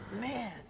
Man